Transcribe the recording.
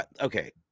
Okay